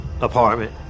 apartment